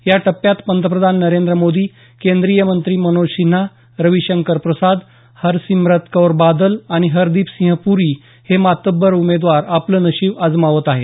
या टप्प्यात पंतप्रधान नरेंद्र मोदी केंद्रीय मंत्री मनोज सिन्हा रविशंकर प्रसाद हरसिम्रत कौर बादल आणि हरदीप सिंह पुरी हे मातब्बर उमेदवार आपलं नशिब आजमावत आहेत